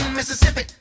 Mississippi